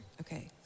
Okay